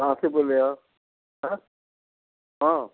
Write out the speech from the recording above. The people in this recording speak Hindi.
कहाँ से बोल रहे हैं आप हाँ हाँ